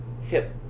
hip